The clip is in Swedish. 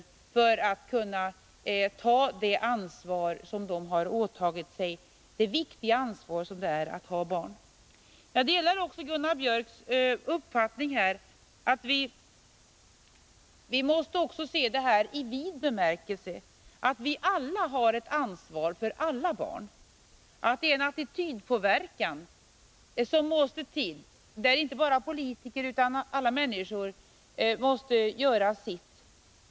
Barnfamiljerna skall kunna klara det ansvar som de åtagit sig, det viktiga ansvar som det är att ha barn. Jag delar också Gunnar Biörcks uppfattning att vi även måste se detta i vid bemärkelse, att vi alla har ett ansvar för alla barn. Det måste till en attitydpåverkan. Inte bara alla politiker utan alla människor måste göra sitt.